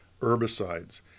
herbicides